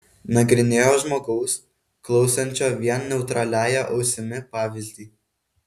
nagrinėjo žmogaus klausančio vien neutraliąja ausimi pavyzdį